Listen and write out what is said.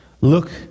Look